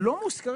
מוזכרים